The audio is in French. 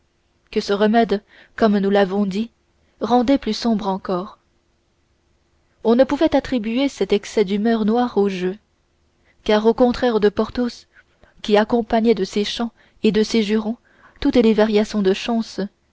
que ce remède comme nous l'avons dit rendait plus sombre encore on ne pouvait attribuer cet excès d'humeur noire au jeu car au contraire de porthos qui accompagnait de ses chants ou de ses jurons toutes les variations de la chance